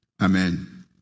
Amen